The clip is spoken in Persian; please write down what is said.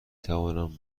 توانم